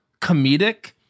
comedic